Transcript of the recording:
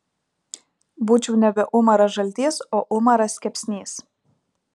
būčiau nebe umaras žaltys o umaras kepsnys